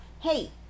Hey